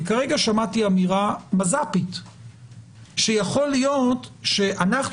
כי כרגע שמעתי אמירה מז"פית שיכול להיות שאנחנו